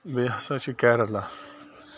بیٚیہِ ہسا چھِ کیرالہ